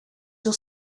your